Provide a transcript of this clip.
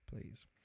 please